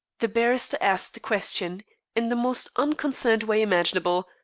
the barrister asked the question in the most unconcerned way imaginable,